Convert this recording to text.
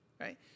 right